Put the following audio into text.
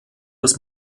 das